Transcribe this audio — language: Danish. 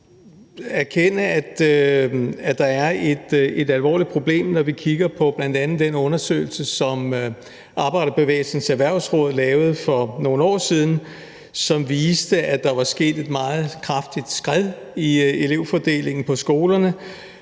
Vi må erkende, at der er et alvorligt problem, når vi kigger på bl.a. den undersøgelse, som Arbejderbevægelsens Erhvervsråd lavede for nogle år siden, som viste, at der var sket et meget kraftigt skred i elevfordelingen på skolerne.